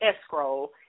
escrow